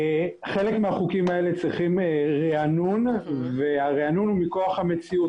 חלק מהחוקים האלה צריכים רענון והרענון הוא מכוח המציאות,